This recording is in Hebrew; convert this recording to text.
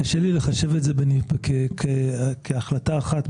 קשה לי לחשב את זה כהחלטה אחת,